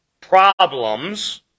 problems